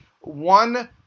one